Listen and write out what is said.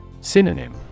Synonym